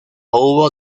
hubo